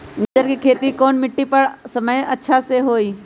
गाजर के खेती कौन मिट्टी पर समय अच्छा से होई?